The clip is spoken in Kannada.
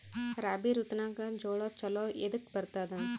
ರಾಬಿ ಋತುನಾಗ್ ಜೋಳ ಚಲೋ ಎದಕ ಬರತದ?